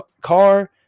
car